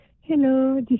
Hello